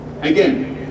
again